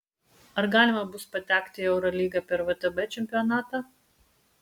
ar galima bus patekti į eurolygą per vtb čempionatą